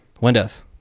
Windows